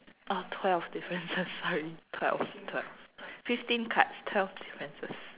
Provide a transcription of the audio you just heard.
oh twelve differences sorry twelve twelve fifteen cards twelve differences